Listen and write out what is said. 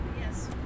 yes